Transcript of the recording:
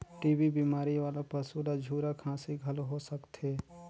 TB बेमारी वाला पसू ल झूरा खांसी घलो हो सकथे